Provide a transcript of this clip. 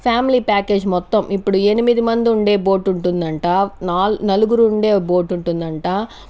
family package మొత్తం ఇప్పుడు ఎనిమిది మంది ఉండే బోట్ ఉంటుందంట నాల్ నలుగురు ఉండే బోట్ ఉంటుందంట